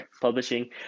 publishing